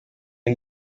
iyi